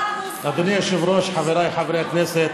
אפשר להמשיך את הוויכוח בחוץ, חברת הכנסת